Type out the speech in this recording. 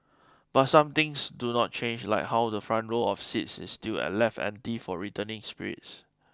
but some things do not change like how the front row of seats is still left empty for returning spirits